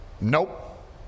Nope